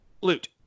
Loot